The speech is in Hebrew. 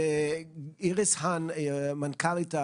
האם יש לכם הנחיות,